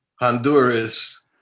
Honduras